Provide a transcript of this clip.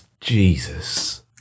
Jesus